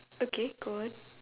okay go on